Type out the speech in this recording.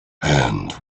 and